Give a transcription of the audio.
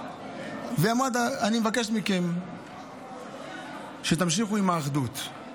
והיא אמרה: אני מבקשת מכם שתמשיכו עם האחדות.